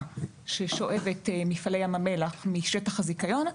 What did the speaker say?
ששואבת מפעלי ים המלח משטח הזיכיון,